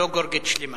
לא גאורגית שלמה,